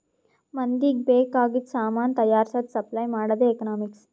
ಮಂದಿಗ್ ಬೇಕ್ ಆಗಿದು ಸಾಮಾನ್ ತೈಯಾರ್ಸದ್, ಸಪ್ಲೈ ಮಾಡದೆ ಎಕನಾಮಿಕ್ಸ್